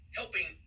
helping